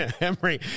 Emery